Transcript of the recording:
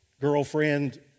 girlfriend